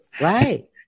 Right